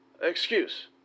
excuse